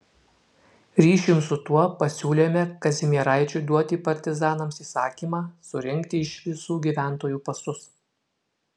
ryšium su tuo pasiūlėme kazimieraičiui duoti partizanams įsakymą surinkti iš visų gyventojų pasus